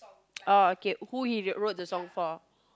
orh okay who he wrote the song for